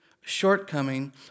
shortcoming